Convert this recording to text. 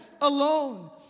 alone